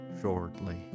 shortly